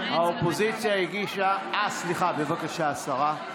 האופוזיציה הגישה, סליחה, בבקשה, השרה.